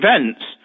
events